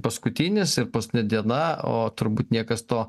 paskutinis ir paskutinė diena o turbūt niekas to